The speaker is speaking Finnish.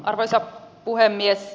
arvoisa puhemies